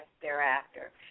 thereafter